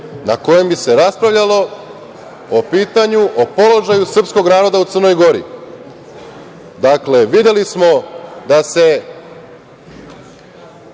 na kojem bi se raspravljalo o pitanju, o položaju srpskog naroda u Crnoj Gori. Dakle, videli smo da se